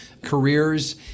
careers